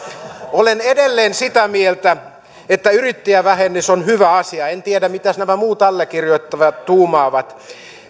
olen edelleen sitä mieltä että yrittäjävähennys on hyvä asia en tiedä mitä nämä muut allekirjoittajat tuumaavat